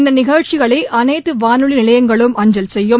இந்த நிகழ்ச்சிகளை அனைத்து வானொலி நிலையங்களும் அஞ்சல் செய்யும்